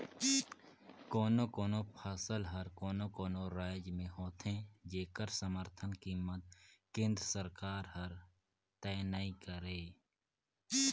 कोनो कोनो फसल हर कोनो कोनो रायज में होथे जेखर समरथन कीमत केंद्र सरकार हर तय नइ करय